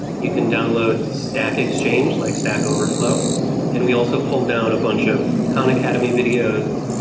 you can download stack exchange, like stack overflow and we also pulled down a bunch of khan academy videos,